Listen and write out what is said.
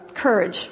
courage